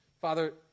Father